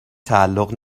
تعلق